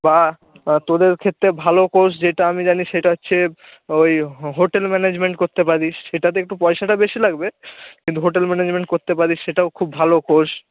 বা তোদের ক্ষেত্রে ভালো কোর্স যেটা আমি জানি সেটা হচ্ছে ওই হোটেল ম্যানেজমেন্ট করতে পারিস সেটাতে একটু পয়সাটা বেশি লাগবে কিন্তু হোটেল ম্যানেজমেন্ট করতে পারিস সেটাও খুব ভালো কোর্স